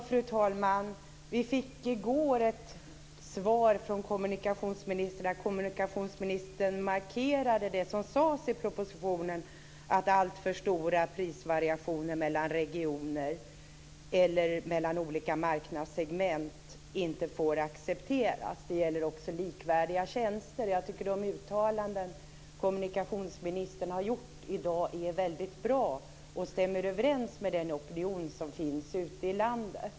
Fru talman! I går fick vi ett svar från kommunikationsministern där hon markerade det som sades i propositionen, nämligen att alltför stora prisvariationer mellan regioner eller mellan olika marknadssegment inte får accepteras. Detta gäller också likvärdiga tjänster. Jag tycker att de uttalanden kommunikationsministern har gjort i dag är väldigt bra, och att de stämmer överens med den opinion som finns ute i landet.